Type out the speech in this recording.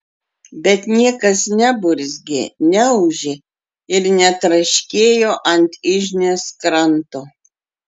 bet niekas neburzgė neūžė ir netraškėjo ant yžnės kranto